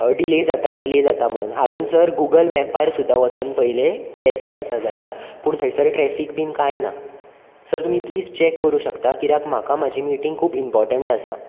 delay जाता delay जाता म्हणून हांवेन सर गुगल मॅपार सुद्दां वचून पळयलें ट्रेफीक आसा जाल्यार पूण थंयसर ट्रेफीक बी कांय ना सर तुमी प्लीज चेक करूंक शकतात कित्याक म्हाका म्हजी मिटींग खूब इमपोर्टण्ट आसा